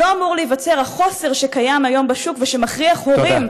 לא אמור להיווצר החוסר שקיים היום בשוק ושמכריח הורים,